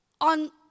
on